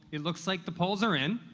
it looks like the polls are in.